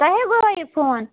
تُہی گوٚوا یہِ فون